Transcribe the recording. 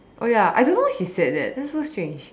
oh ya I don't know why he said that that's so strange